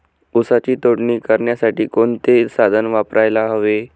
ऊसाची तोडणी करण्यासाठी कोणते साधन वापरायला हवे?